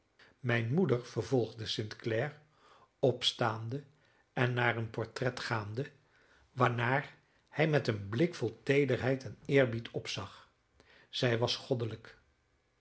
mijne moeder vervolgde st clare opstaande en naar een portret gaande waarnaar hij met een blik vol teederheid en eerbied opzag zij was goddelijk